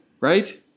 right